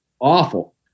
awful